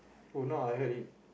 do not I had in